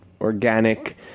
organic –